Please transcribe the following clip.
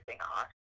off